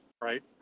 right